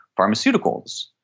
pharmaceuticals